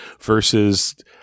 versus